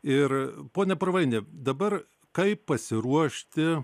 ir pone purvaini dabar kaip pasiruošti